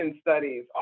studies